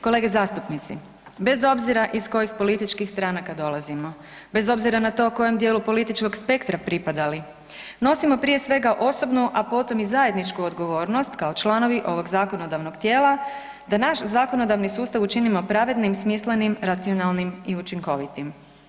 Kolege zastupnici, bez obzira iz kojih političkih stranaka dolazimo, bez obzira na to kojem dijelu političkog spektra pripadali, nosimo prije svega osobnu, a potom i zajedničku odgovornost kao članovi ovog zakonodavnog tijela da naš zakonodavni sustav učinimo pravednim, smislenim, racionalnim i učinkovitim.